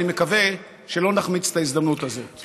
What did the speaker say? אני מקווה שלא נחמיץ את ההזדמנות הזאת.